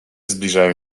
zbliżają